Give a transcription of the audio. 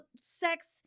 sex